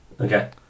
Okay